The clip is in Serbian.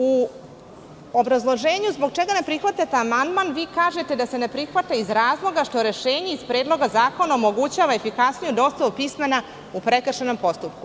U obrazloženju zbog čega ne prihvatate amandman, vi kažete da se ne prihvata iz razloga što rešenje iz Predloga zakona omogućava efikasniju dostavu pismena u prekršajnom postupku.